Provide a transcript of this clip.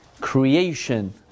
creation